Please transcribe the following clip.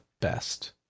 best